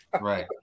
Right